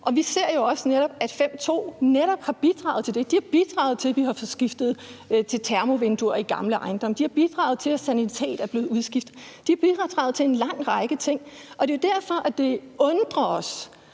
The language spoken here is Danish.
Vi ser jo også netop, at § 5, stk. 2, netop har bidraget til det. Det har bidraget til, at der er blevet skiftet til termovinduer i gamle ejendomme. Det har bidraget til, at sanitet er blevet udskiftet. Det har bidraget til en lang række ting. Det er jo derfor, at det undrer os,